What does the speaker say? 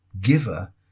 giver